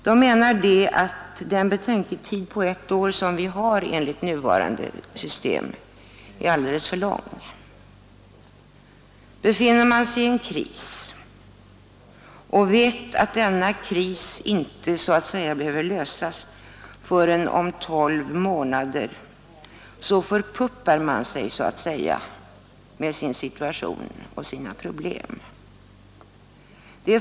De menar att en betänketid på ett år som vi har för närvarande är alldeles för lång. Om man befinner sig i en kris och vet att den inte behöver lösas förrän om tolv månader, så förpuppar man sig så att säga med sin situation och sina problem.